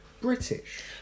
British